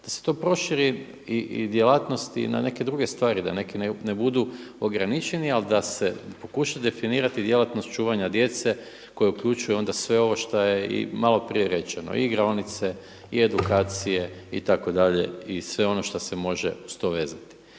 da se to proširi djelatnost i na neke druge stvari, da neki ne budu ograničeni, ali da se pokuša definirati djelatnost čuvanja djece koji uključuje onda i sve ovo šta je i malo prije rečeno i igraonice i edukacije itd. i sve ono što se može uz to vezati.